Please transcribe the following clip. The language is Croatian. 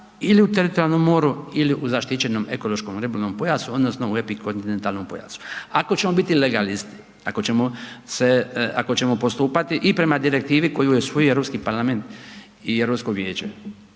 ili u teritorijalnom moru, ili u zaštićenom ekološko-ribolovnom pojasu odnosno u epikontinentalnom pojasu. Ako ćemo biti legalisti, ako ćemo postupati i prema direktivi koju je usvojio ruski Parlament i rusko Vijeće